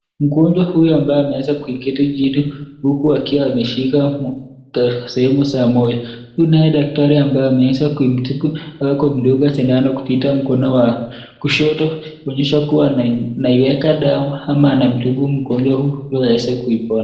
Mgonjwa huyu ambaye ameweza kuiketa chini huku akiwa ameishika sehemu za moyo. Huyu naye daktari ambaye ameweza kumtibu au kumdunga sindano kupita mkono wa kushoto kuonyesha kuwa anaiweka dawa ama anamtibu mgonjwa huyu ili aweze kuipona.